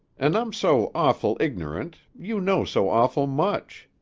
an' i'm so awful ignorant, you know so awful much.